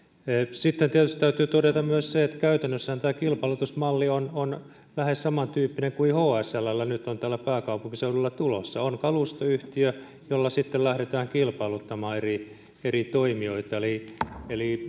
sitten tietysti täytyy todeta myös se että käytännössähän tämä kilpailutusmalli on on lähes samantyyppinen kuin hslllä on nyt täällä pääkaupunkiseudulla tulossa on kalustoyhtiö jolla sitten lähdetään kilpailuttamaan eri eri toimijoita eli eli